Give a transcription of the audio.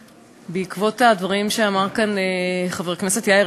בעקבות הדברים שאמר כאן חבר הכנסת יאיר